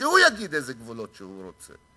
שהוא יגיד איזה גבולות הוא רוצה.